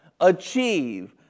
achieve